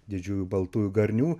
didžiųjų baltųjų garnių